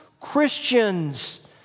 Christians